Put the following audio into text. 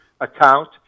account